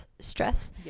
Stress